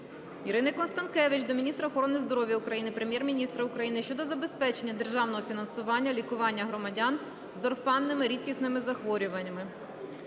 Ірини Констанкевич до міністра охорони здоров'я України, Прем'єр-міністра України щодо забезпечення державного фінансування лікування громадян з орфанними (рідкісними) захворюваннями.